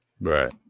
right